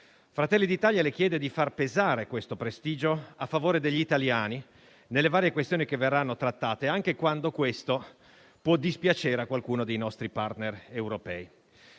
Fratelli d'Italia le chiede di far pesare detto prestigio a favore degli italiani nelle varie questioni che verranno trattate, anche quando ciò potrà dispiacere a qualcuno dei nostri *partner* europei.